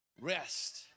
Rest